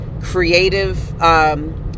creative